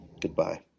Goodbye